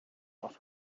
off